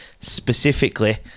specifically